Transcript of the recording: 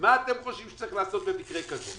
מה אתם חושבים שצריך לעשות במקרה כזה?